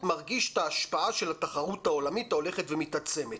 מרגיש את ההשפעה של התחרות העולמית ההולכת ומתעצמת.